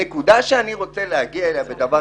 הנקודה שאני רוצה להגיע אליה היא,